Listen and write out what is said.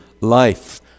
life